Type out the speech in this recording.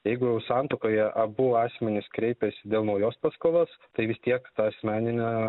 jeigu jau santuokoje abu asmenys kreipiasi dėl naujos paskolos tai vis tiek tą asmeninę